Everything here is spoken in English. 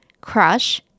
crush